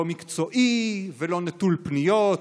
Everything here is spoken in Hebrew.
לא מקצועי ולא נטול פניות,